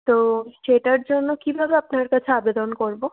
তো সেটার জন্য কীভাবে আপনার কাছে আবেদন করবো